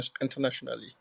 internationally